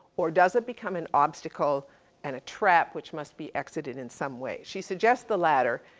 or does it become an obstacle and a trap which must be exited in some way. she suggests the latter.